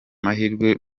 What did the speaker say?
mahirwe